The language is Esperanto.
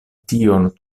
tion